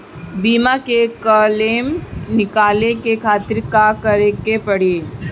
बीमा के क्लेम निकाले के खातिर का करे के पड़ी?